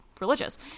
religious